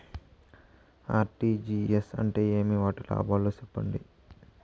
RTGS అంటే ఏమి? వాటి లాభాలు సెప్పండి?